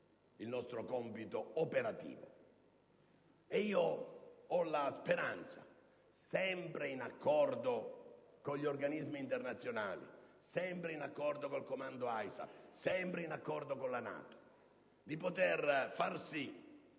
il nostro compito operativo. Io ho la speranza (sempre in accordo con gli organismi internazionali, sempre in accordo con il comando ISAF, sempre in accordo con la NATO) di poter far sì